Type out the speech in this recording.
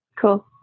Cool